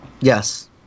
Yes